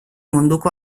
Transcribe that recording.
munduko